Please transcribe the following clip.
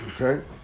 Okay